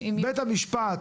בית המשפט